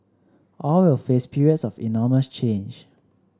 all will face periods of enormous change